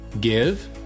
give